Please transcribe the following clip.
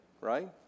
right